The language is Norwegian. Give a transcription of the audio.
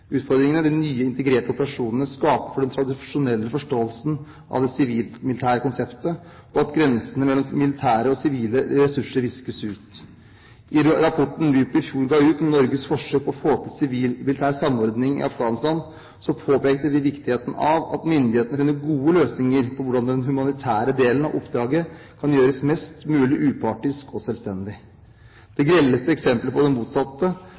de nye integrerte operasjonene skaper for den tradisjonelle forståelsen av det sivil-militære konseptet, og at grensene mellom militære og sivile ressurser viskes ut. I rapporten NUPI ga ut i fjor om Norges forsøk på å få til en sivil-militær samordning i Afghanistan, påpekte de viktigheten av at myndighetene finner gode løsninger på hvordan den humanitære delen av oppdraget kan gjøres mest mulig upartisk og selvstendig. Det grelleste eksemplet på det motsatte